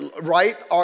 right